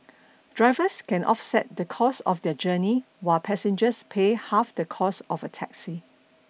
drivers can offset the cost of their journey while passengers pay half the cost of a taxi